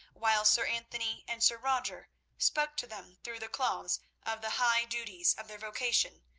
while sir anthony and sir roger spoke to them through the cloths of the high duties of their vocation,